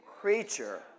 creature